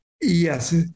Yes